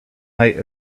height